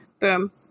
Boom